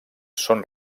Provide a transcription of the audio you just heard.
són